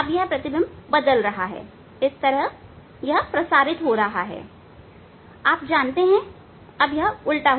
अब यह प्रतिबिंब बदल रहा है यहां प्रतिबिंब प्रसारित हो रहा है आप जानते हैं अब यह उल्टा है